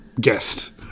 Guest